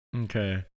Okay